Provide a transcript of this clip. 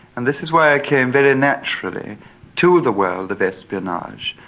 and this is why i came very naturally to the world of espionage.